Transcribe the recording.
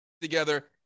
together